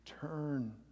Turn